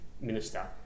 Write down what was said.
minister